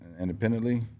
independently